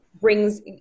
brings